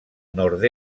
nord